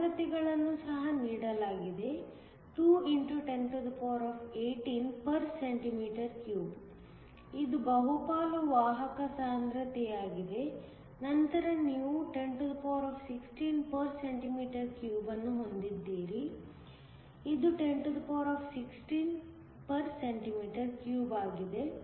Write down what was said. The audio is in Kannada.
ಸಾಂದ್ರತೆಗಳನ್ನು ಸಹ ನೀಡಲಾಗಿದೆ 2 x 1018 cm 3 ಇದು ಬಹುಪಾಲು ವಾಹಕ ಸಾಂದ್ರತೆಯಾಗಿದೆ ನಂತರ ನೀವು 1016 cm 3 ಅನ್ನು ಹೊಂದಿದ್ದೀರಿ ಇದು 1016 cm 3 ಆಗಿದೆ